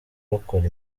bakora